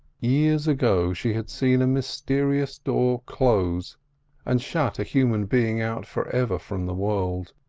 years ago she had seen a mysterious door close and shut a human being out for ever from the world.